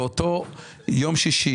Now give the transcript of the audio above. עובדי רשות המיסים.